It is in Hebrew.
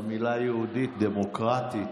למילה "יהודית דמוקרטית",